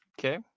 Okay